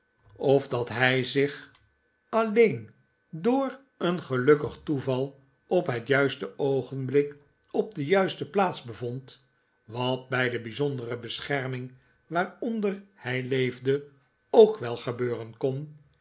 of dat hij zich alleen door een gelukkig toeval op het juiste oogenblik op de juiste plaats bevond wat bij de bijzondere bescherming waaronder hij leefde ook wel gebeuren kon